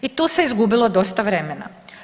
I tu se izgubilo dosta vremena.